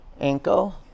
ankle